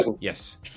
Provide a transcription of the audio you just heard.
Yes